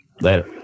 Later